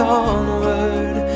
onward